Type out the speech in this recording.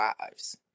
lives